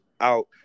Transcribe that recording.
out